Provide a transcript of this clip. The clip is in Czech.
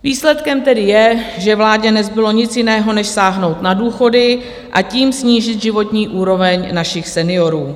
Výsledkem tedy je, že vládě nezbylo nic jiného než sáhnout na důchody a tím snížit životní úroveň našich seniorů.